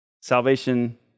salvation